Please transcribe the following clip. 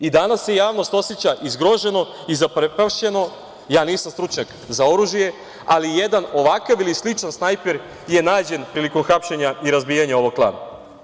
I, danas se javnost oseća i zgroženo i zaprepašćeno, ja nisam stručnjak za oružje, ali jedan ovakav ili sličan snajper je nađen prilikom hapšenja i razbijanja ovog klana.